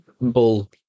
Bull